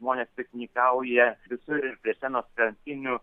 žmonės piknikauja visur ir prie senos krantinių